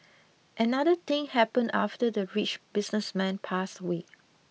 another thing happened after the rich businessman passed away